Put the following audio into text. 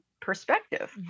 perspective